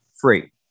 free